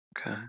Okay